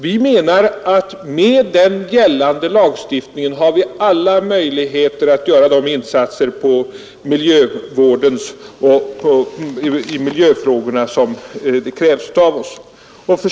Vi anser att med den gällande lagstiftningen kan möjligheterna tillvaratagas att göra de insatser för miljövården som krävs av oss.